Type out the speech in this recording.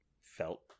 felt